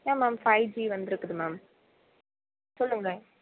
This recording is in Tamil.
ஏன் மேம் ஃபைவ் ஜி வந்துருக்குது மேம் சொல்லுங்க